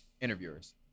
Interviewers